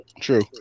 true